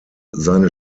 seine